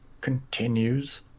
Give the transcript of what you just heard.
continues